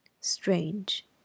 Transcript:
Strange